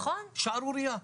שערורייה.